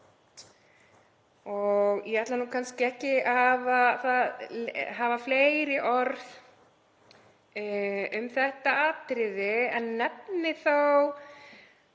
á. Ég ætla kannski ekki að hafa fleiri orð um þetta atriði. En eins og